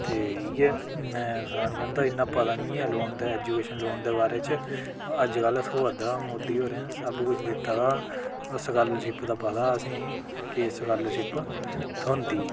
ते इ'यै में सनाना चांह्दा इन्ना पता नी ऐ लोन दे ऐजूक्शन लोन दे बारे च अज्जकल थ्होआ दा मोदी होरें सब कुछ दित्ता दा स्कलरशिप दा पता असेंगी कि स्कलरशिप थ्होंदी